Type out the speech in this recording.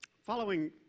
Following